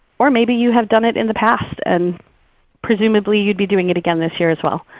or maybe you have done it in the past and presumably you'd be doing it again this year as well.